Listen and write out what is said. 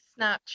Snapchat